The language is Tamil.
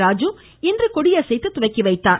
ராஜு இன்று கொடியசைத்து துவக்கி வைத்தார்